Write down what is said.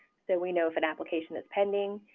so we know if an application is pending,